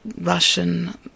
Russian